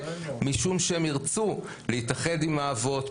משום שהם ירצו להתאחד עם האבות,